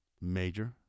major